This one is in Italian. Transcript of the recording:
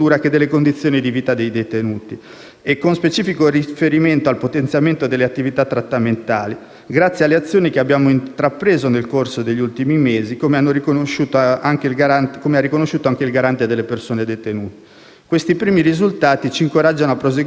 e con specifico riferimento al potenziamento delle attività trattamentali, grazie alle azioni che abbiamo intrapreso nel corso degli ultimi mesi, come ha riconosciuto anche il Garante nazionale dei diritti delle persone detenute. Questi primi risultati ci incoraggiano a proseguire un'opera che naturalmente